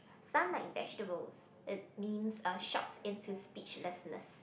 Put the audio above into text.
sung like vegetables it means a shocks into speechlessness